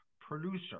producer